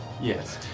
yes